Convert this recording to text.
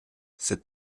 cet